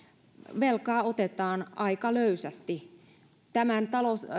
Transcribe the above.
velkaa otetaan aika löysästi tämän